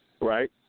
Right